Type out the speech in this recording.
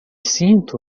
sinto